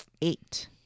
eight